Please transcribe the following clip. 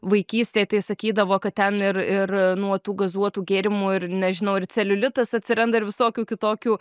vaikystėje tai sakydavo kad ten ir ir nuo tų gazuotų gėrimų ir nežinau ir celiulitas atsiranda ir visokių kitokių